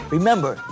Remember